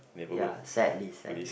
ya sadly sadly